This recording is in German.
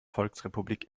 volksrepublik